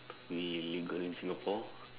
we legal in Singapore